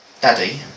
Daddy